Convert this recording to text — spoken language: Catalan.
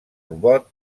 robot